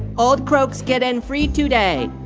old croaks get in free today.